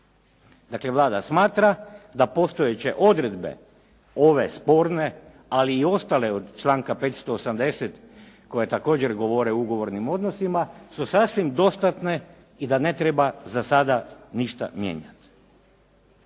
Dakle, Vlada smatra da postojeće odredbe ove sporne, ali i ostale od članka 580. koje također govore o ugovornim odnosima su sasvim dostatne i da ne treba za sada ništa mijenjati.